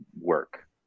work